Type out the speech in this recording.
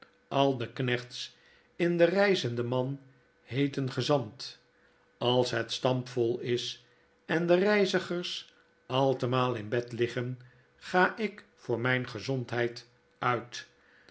al de knechts in de reizende man heeten gezant als het stampvol is en de reizigers altemaal in bed liggen ga ik voor mijn gezondheid uit